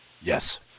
Yes